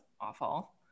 awful